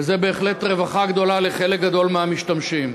וזאת בהחלט רווחה גדולה לחלק גדול מהמשתמשים.